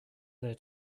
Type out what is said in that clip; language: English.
there